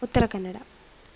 Uttara Kannada